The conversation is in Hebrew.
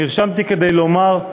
נרשמתי כדי לומר: